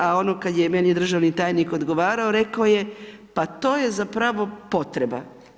A ono kada je meni državni tajnik odgovarao, rekao je pa to je zapravo potreba.